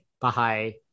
Bye